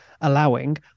allowing